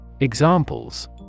Examples